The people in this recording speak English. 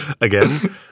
Again